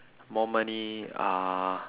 more money uh